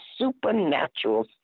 supernatural